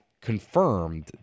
confirmed